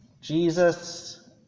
Jesus